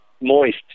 Moist